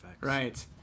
Right